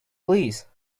please